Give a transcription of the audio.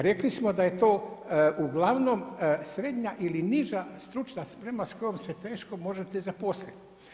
Rekli smo da je to uglavnom srednja ili niža stručna sprema s kojom se teško možete zaposliti.